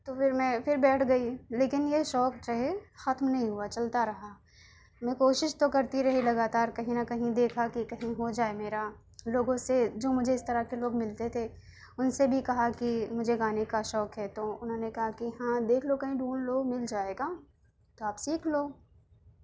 تو پھر میں پھر بیٹھ گئی لیکن یہ شوق جو ہے ختم نہیں ہوا چلتا رہا میں کوشش تو کرتی رہی لگاتار کہیں نہ کہیں دیکھا کہ کہیں ہو جائے میرا لوگوں سے جو مجھے اس طرح کے لوگ ملتے تھے ان سے بھی کہا کہ مجھے گانے کا شوق ہے تو انہوں نے کہا کہ ہاں دیکھ لو کہیں ڈھونڈھ لو مل جائے گا تو آپ سیکھ لو